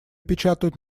печатают